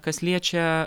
kas liečia